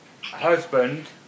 husband